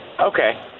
Okay